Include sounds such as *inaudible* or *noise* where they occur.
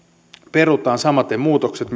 perutaan samaten muutokset *unintelligible*